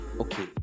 Okay